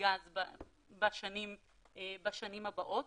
מגז בשנים הבאות